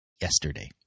yesterday